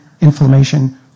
inflammation